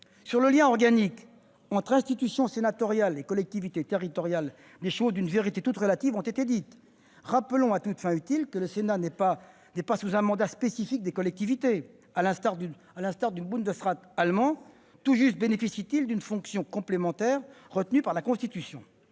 sur le lien organique entre institution sénatoriale et collectivités territoriales, des choses d'une vérité toute relative ont été dites. Rappelons, à toutes fins utiles, que le Sénat n'est pas « sous un mandat spécifique des collectivités », à l'instar du Bundesrat allemand, tout juste bénéficie-t-il d'une fonction complémentaire reconnue par la Constitution.